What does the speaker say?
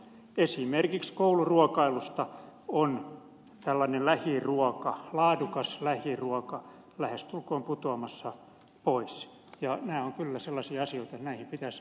esimerkiksi kouluruokailusta on tällainen laadukas lähiruoka lähestulkoon putoamassa pois ja nämä ovat kyllä sellaisia asioita että näihin pitäisi voida puuttua